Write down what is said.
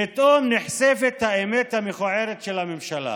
פתאום נחשפת האמת המכוערת של הממשלה.